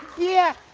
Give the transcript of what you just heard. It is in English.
yeah.